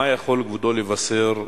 מה יכול כבודו לבשר בעניין?